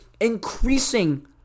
increasing